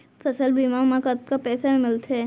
फसल बीमा म कतका पइसा मिलथे?